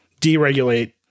deregulate